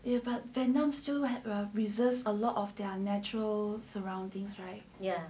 eh but vietnam still have reserves a lot of their natural surroundings right ya